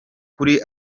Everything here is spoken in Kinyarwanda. kuri